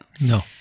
No